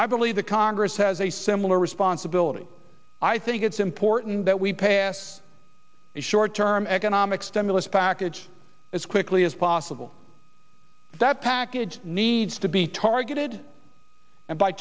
i believe the congress has a similar responsibility i think it's important that we pass a short term economic stimulus package as quickly as possible that package needs to be targeted